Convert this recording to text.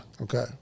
Okay